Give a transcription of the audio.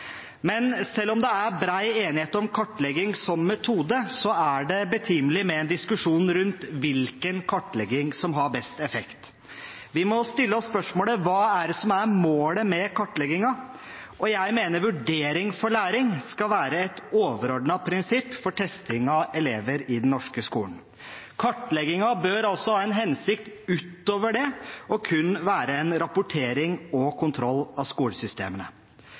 Men selv om det er bred enighet om kartlegging som metode, er det betimelig med en diskusjon rundt hvilken kartlegging som har best effekt. Vi må stille oss spørsmålet: Hva er det som er målet med kartleggingen? Jeg mener vurdering for læring skal være et overordnet prinsipp for testing av elever i den norske skolen. Kartleggingen bør altså ha en hensikt utover det å kun være en rapportering og kontroll av skolesystemene.